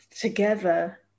together